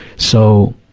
so,